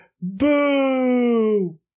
boo